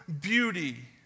beauty